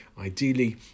Ideally